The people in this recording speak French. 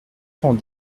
cent